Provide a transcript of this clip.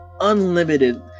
unlimited